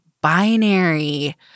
binary